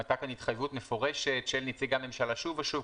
הייתה כאן התחייבות מפורשת של נציגי הממשלה שוב ושוב,